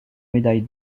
médaille